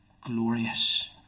glorious